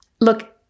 Look